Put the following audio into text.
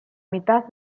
mitad